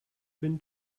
been